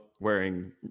wearing